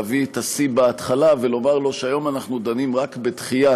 להביא את השיא בהתחלה ולומר לו שהיום אנחנו דנים רק בדחייה.